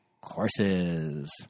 courses